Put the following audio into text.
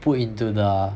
but put into the